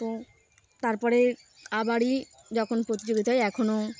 তো তারপরে আবারই যখন প্রতিযোগিতায় এখনও